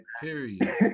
Period